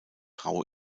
rau